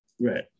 Right